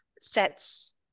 sets